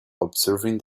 observing